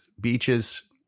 beaches